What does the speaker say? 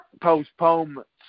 postponements